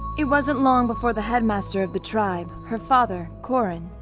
it wasn't long before the headmaster of the tribe, her father, korren,